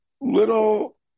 Little